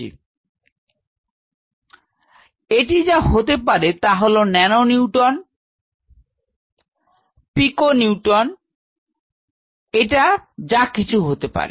তো এটি যা হতে পারে তা হল ন্যানো নিউটন হতে পারে পিকো নিউটন এটা যা কিছু হতে পারে